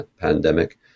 pandemic